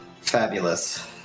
Fabulous